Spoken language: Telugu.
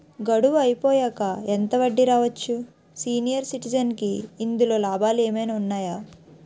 గడువు అయిపోయాక ఎంత వడ్డీ రావచ్చు? సీనియర్ సిటిజెన్ కి ఇందులో లాభాలు ఏమైనా ఉన్నాయా?